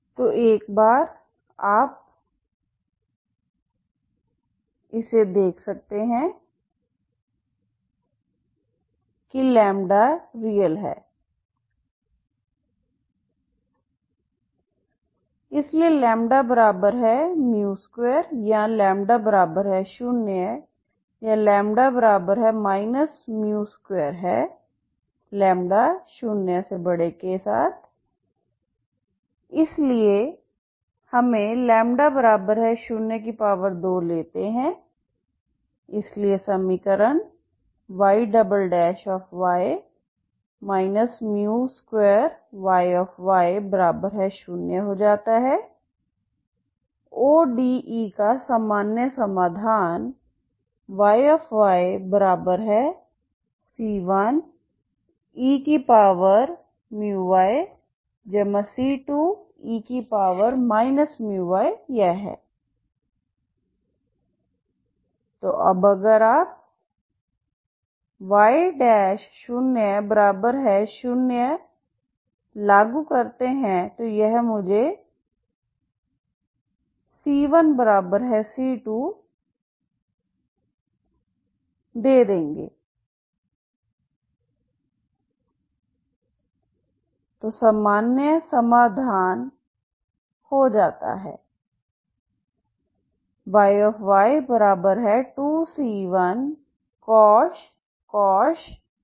तो एक बार इस आप देख सकते हैं कि रियल है इसलिए λ 2या λ 0या λ 2 है μ0 के साथ इसलिए हमें λ 2 लेते हैं इसलिए समीकरण Yy 2Yy0 हो जाता है ODE का सामान्य समाधान Yyc1eμyc2e μy यह है तो अब अगर आप Y00 लागू करते हैं तो यह मुझे c1c2 दे देंगे तो सामान्य समाधान हो जाता है Yy2c1cosh μy 0